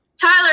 Tyler